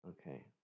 Okay